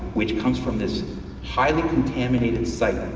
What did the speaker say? which comes from this highly contaminated site,